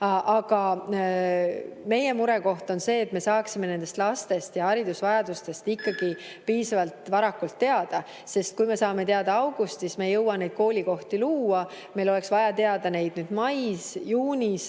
Aga meie murekoht on see, et me saaksime nendest lastest ja haridusvajadustest ikkagi piisavalt varakult teada, sest kui me saame teada augustis, siis me ei jõua neid koolikohti luua, meil oleks vaja teada neid nüüd mais ja juunis,